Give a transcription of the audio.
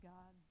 God